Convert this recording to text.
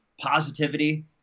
positivity